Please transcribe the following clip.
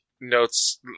notes